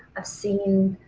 i've seen